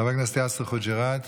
חבר הכנסת יאסר חוג'יראת,